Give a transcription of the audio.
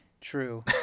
True